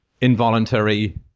involuntary